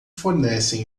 fornecem